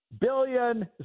billion